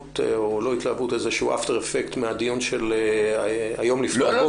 או אפטר אפקט מהדיון שהיה היום לפנות בוקר.